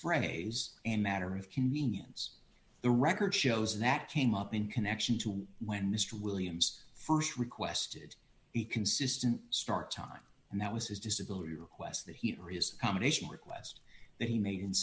phrase and matter of convenience the record shows that came up in connection to when mr williams st requested the consistent start time and that was his disability requests that he or his commendation request that he made in